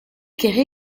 quéré